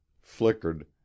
flickered